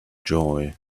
joy